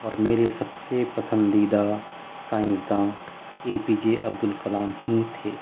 اور میرے سب سے پسندیدہ سائنسداں A P J Abdul Kalam ہی تھے